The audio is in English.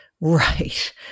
Right